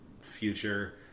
future